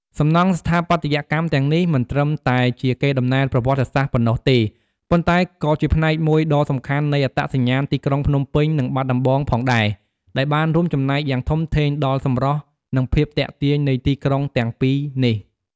សំណង់ស្ថាបត្យកម្មទាំងនេះមិនត្រឹមតែជាកេរដំណែលប្រវត្តិសាស្ត្រប៉ុណ្ណោះទេ ប៉ុន្តែក៏ជាផ្នែកមួយដ៏សំខាន់នៃអត្តសញ្ញាណទីក្រុងភ្នំពេញ និងបាត់ដំបងផងដែរ ដែលបានរួមចំណែកយ៉ាងធំធេងដល់សម្រស់ និងភាពទាក់ទាញនៃទីក្រុងទាំងពីរនេះ។